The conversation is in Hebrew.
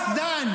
אתם